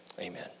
amen